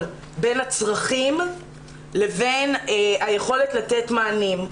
בין הצרכים לבין היכולת לתת מנעים,